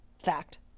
fact